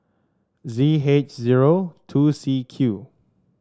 Z H zero two C Q